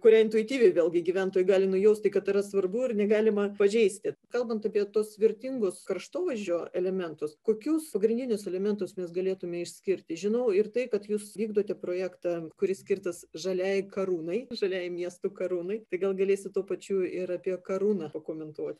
kurią intuityviai vėlgi gyventojai gali nujausti kad yra svarbu ir negalima pažeisti kalbant apie tuos vertingus kraštovaizdžio elementus kokius pagrindinius elementus mes galėtume išskirti žinau ir tai kad jūs vykdote projektą kuris skirtas žaliai karūnai žaliai miestų karūnai tai gal galėsi tuo pačiu ir apie karūną pakomentuoti